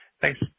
Thanks